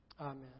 amen